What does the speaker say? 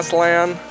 land